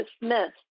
dismissed